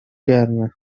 گرمه